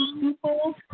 people